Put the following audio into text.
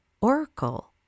Oracle